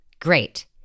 Great